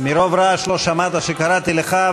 מרוב רעש לא שמעת שקראתי לך.